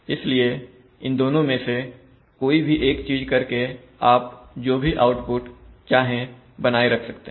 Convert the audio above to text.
इसलिए इन दोनों में से कोई भी एक चीज करके आप जो भी आउटपुट चाहे बनाए रख सकते हैं